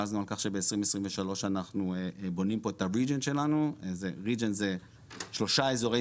הכרזנו על כך שב-2023 בונים פה את שלושת אזורי